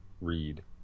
read